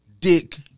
Dick